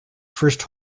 first